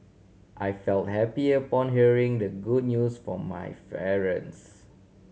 I felt happy upon hearing the good news from my